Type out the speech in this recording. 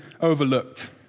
overlooked